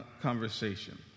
conversation